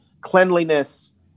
cleanliness